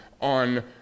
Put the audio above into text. on